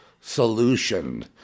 solution